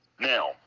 Now